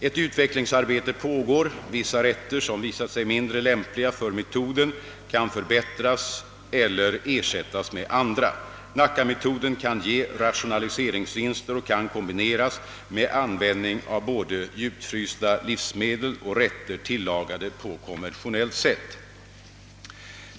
Ett utvecklingsarbete pågår — vissa rätter som visat sig mindre lämpliga för metoden kan förbättras eller ersättas med andra. Nackametoden kan ge rationaliseringsvinster och kan kombineras med användning av både djupfrysta livsmedel och rätter tillagade på konventionellt sätt.